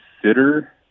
consider